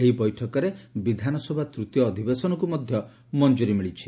ଏହି ବୈଠକରେ ବିଧାନସଭା ତୂତୀୟ ଅଧିବେଶନକୁ ମଧ୍ଧ ମଞ୍ଞୁରି ମିଳିଛି